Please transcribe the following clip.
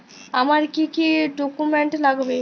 আমার কি কি ডকুমেন্ট লাগবে?